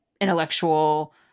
intellectual